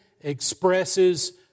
expresses